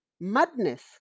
madness